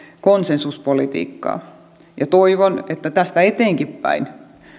konsensuspolitiikkaa toivon että tästä eteenkinpäin